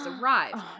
arrived